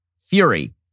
theory